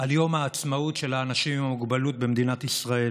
על יום העצמאות של האנשים עם המוגבלות במדינת ישראל.